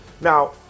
Now